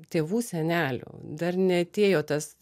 tėvų senelių dar neatėjo tas